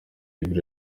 yverry